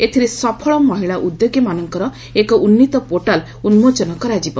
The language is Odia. ଏଥିରେ ସଫଳ ମହିଳା ଉଦ୍ୟୋଗୀମାନଙ୍କର ଏକ ଉନ୍ଦୀତ ପୋର୍ଟାଲ୍ ଉନ୍କୋଚନ କରାଯିବ